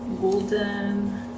Golden